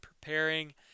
preparing